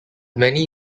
many